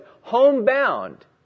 Homebound